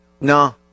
No